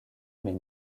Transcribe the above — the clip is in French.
mais